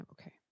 Okay